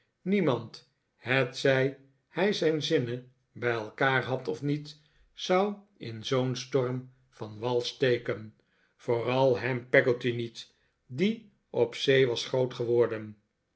niemand hetzij hij zijn zinnen bij elkaar had of niet zou in zoo'n storm van wal steken vooral ham peggotty niet die op zee was groot geworden